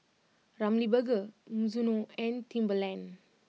Ramly Burger Mizuno and Timberland